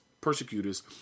persecutors